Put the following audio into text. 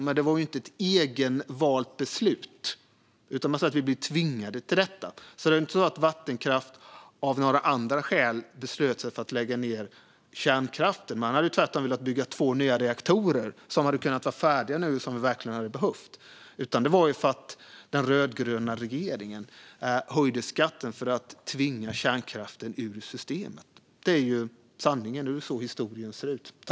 Men det var inte av eget val, utan man blev tvingad till det. Det fanns inga andra skäl till att Vattenfall beslutade att lägga ned kärnkraften. Man ville tvärtom bygga två nya reaktorer, som kunde ha varit färdiga nu och som vi verkligen hade behövt. Skälet var att den rödgröna regeringen höjde skatten för att tvinga kärnkraften ur systemet. Det är sanningen, och så ser historien ut.